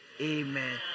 Amen